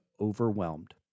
overwhelmed